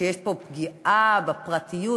שיש פה פגיעה בפרטיות,